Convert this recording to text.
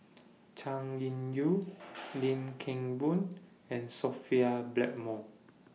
Chay Weng Yew Lim Kim Boon and Sophia Blackmore